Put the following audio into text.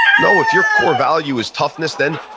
no, if your core value is toughness, then,